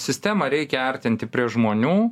sistemą reikia artinti prie žmonių